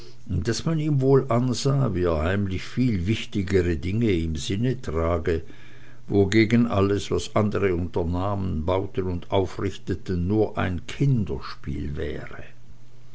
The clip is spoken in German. daß man ihm wohl ansah wie er heimlich viel wichtigere dinge im sinne trage wogegen alles was andere unternahmen bauten und aufrichteten nur ein kinderspiel wäre